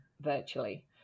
virtually